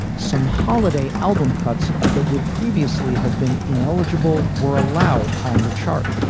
some holiday album cuts that would previously have been ineligible were allowed on the chart.